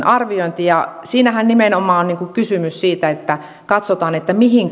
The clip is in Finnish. arviointi ja siinähän nimenomaan on kysymys siitä että katsotaan mihin